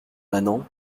manants